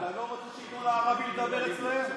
לא הבנתי, אתה לא רוצה שייתנו לערבים לדבר אצלם?